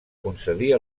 concedir